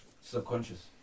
subconscious